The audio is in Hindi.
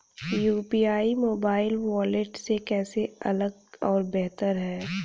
यू.पी.आई मोबाइल वॉलेट से कैसे अलग और बेहतर है?